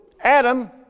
Adam